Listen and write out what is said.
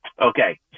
Okay